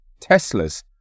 Teslas